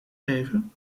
geven